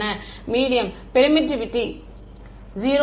மாணவர் medium permittivity 0 நினைவில்